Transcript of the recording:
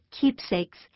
keepsakes